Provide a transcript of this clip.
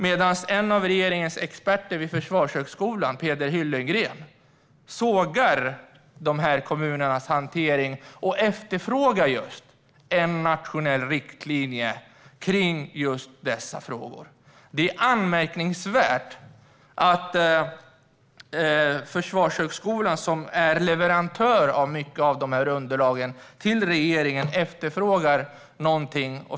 Peder Hyllengren, en av regeringens experter vid Försvarshögskolan, sågar kommunernas hantering och efterfrågar just en nationell riktlinje för dessa frågor. Det är anmärkningsvärt att Försvarshögskolan, som är leverantör till regeringen av många av dessa underlag, efterfrågar någonting.